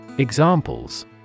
Examples